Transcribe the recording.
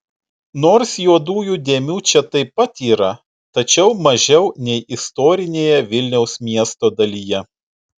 nors juodųjų dėmių čia taip pat yra tačiau mažiau nei istorinėje vilniaus miesto dalyje